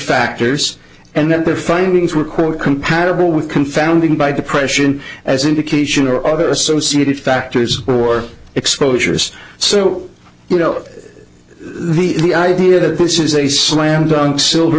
factors and that their findings were quote compatible with confounding by depression as indication or other associated factors or exposures so you know the idea that this is a slam dunk silver